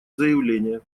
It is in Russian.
заявление